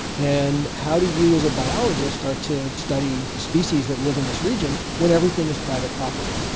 and how do you as a biologist start to study species that live in this region when everything is private property.